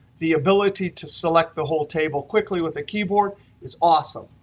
the ability to select the whole table quickly with a keyboard is awesome.